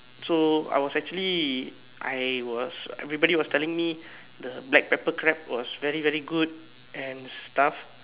so I was actually I was everybody was telling me the black pepper crab was very very good and stuff